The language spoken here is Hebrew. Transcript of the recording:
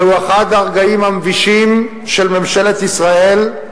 זהו אחד הרגעים המבישים של ממשלת ישראל.